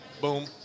boom